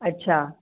अच्छा